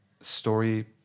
story